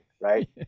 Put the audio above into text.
right